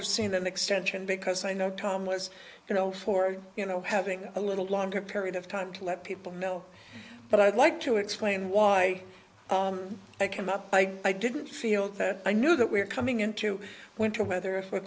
have seen an extension because i know tom was you know for you know having a little longer period of time to let people know but i'd like to explain why i came up by i didn't feel that i knew that we're coming into winter weather if we're